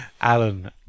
alan